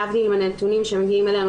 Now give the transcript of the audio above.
להבדיל מהנתונים שמגיעים אלינו,